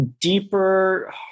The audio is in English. deeper